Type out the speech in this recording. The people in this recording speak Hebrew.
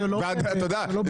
אתה יודע,